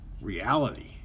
reality